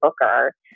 Booker